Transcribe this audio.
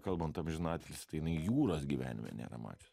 kalbant amžinatilsį tai jinai jūros gyvenime nėra mačius